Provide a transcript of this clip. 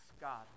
God